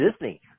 Disney